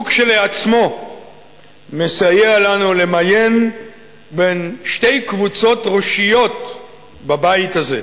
הוא כשלעצמו מסייע לנו למיין בין שתי קבוצות ראשיות בבית הזה.